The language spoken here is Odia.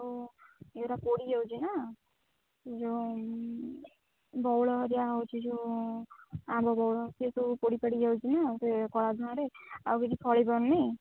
ଆଉ ଏଗୁଡ଼ା ପୋଡ଼ି ଯାଉଛି ନା ଯେଉଁ ବଉଳ ହେରିକା ହେଉଛି ଯେଉଁ ଆମ୍ବ ବଉଳ ସେ ସବୁ ପୋଡ଼ିପାଡ଼ି ପଡ଼ିଯାଉଛି ନା ସେ କଳା ଧୂଆଁରେ ଆଉ କିଛି ଫଳି ପାରୁନି